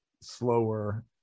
slower